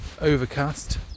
overcast